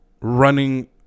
running